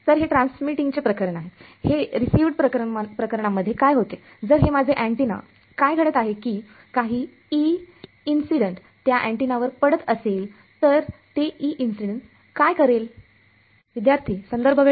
तर हे ट्रान्समीटिंग चे प्रकरण आहे हे रिसिवड प्रकरणांमध्ये काय होते जर हे माझे अँटेना काय घडत आहे की काही त्या अँटेनावर पडत असेल तर तेकाय करेल